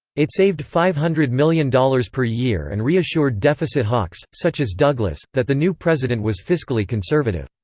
it saved five hundred million dollars per year and reassured deficit hawks, such as douglas, that the new president was fiscally conservative.